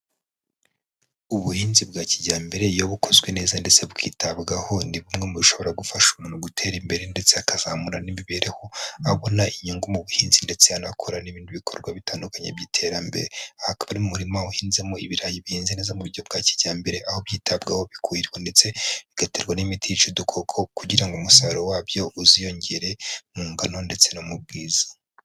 Ubuhinzi bwa kijyambere ya bukozwe neza ndetse bukitabwaho ni bumwe mu bishobora gufasha umuntu gutera imbere ndetse akazamura n'imibereho abona inyungu mu buhinzi ndetse anakorana n'ibindi bikorwa bitandukanye by'iterambere aha akaba ari mu murima uhinzemo ibirayi bihenze neza mu buryo bwa kijyambere aho byitabwaho bikuhirwa ndetse bigaterwa n'imiti yica udukoko kugira umusaruro wabyo uziyongere mu ngano ndetse no mu bwiza.